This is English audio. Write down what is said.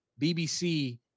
BBC